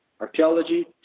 Archaeology